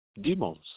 demons